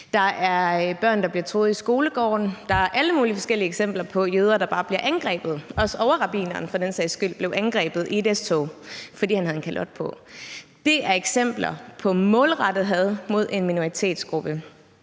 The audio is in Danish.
der er børn, der bliver truet i skolegården. Der er alle mulige forskellige eksempler på jøder, der bare bliver angrebet, også overrabbineren for den sags skyld blev angrebet i et S-tog, fordi han havde en kalot på. Det er eksempler på målrettet had mod en minoritetsgruppe.